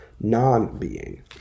non-being